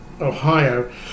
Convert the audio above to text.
Ohio